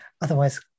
otherwise